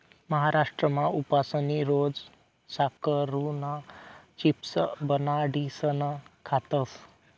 महाराष्ट्रमा उपासनी रोज साकरुना चिप्स बनाडीसन खातस